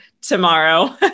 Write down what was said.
tomorrow